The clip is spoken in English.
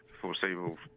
foreseeable